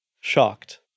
shocked